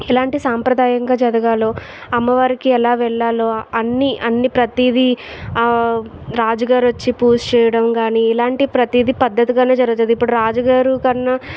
ఎలాంటి సంప్రదాయంగా జరగాలో అమ్మవారికి ఎలా వెళ్ళాలో అన్ని అన్ని ప్రతిదీ రాజుగారు వచ్చి పూజ చేయడం గాని ఇలాంటి ప్రతీది పద్ధతిగానే జరుగుతుంది ఇప్పుడు రాజుగారు కన్నా